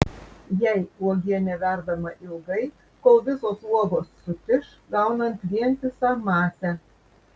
jei uogienė verdama ilgai kol visos uogos sutiš gaunant vientisą masę